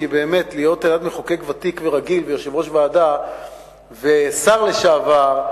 כי באמת על-יד מחוקק ותיק ורגיל ויושב-ראש ועדה ושר לשעבר,